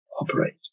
operate